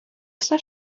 все